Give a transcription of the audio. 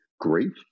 grief